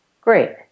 Great